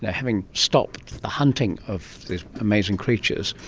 and having stopped the hunting of these amazing creatures,